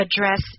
address